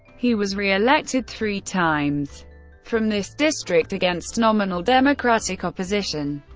he was re-elected three times from this district against nominal democratic opposition.